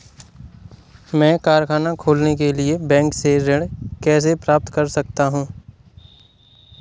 मैं कारखाना खोलने के लिए बैंक से ऋण कैसे प्राप्त कर सकता हूँ?